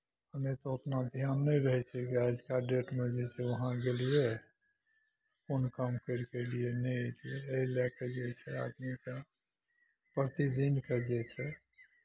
नहि तऽ उतना धियान नहि रहै छै आजका डेटमे जे छै वहाँ गेलियै कोन काम करि कऽ एलियै नहि एलियै एहि लए कऽ जे छै आदमीकेँ प्रतिदिनके जे छै